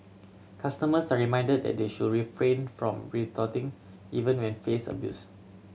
customers are reminded that they should refrain from retorting even when faced abuse